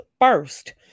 first